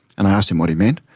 and i asked him what he meant.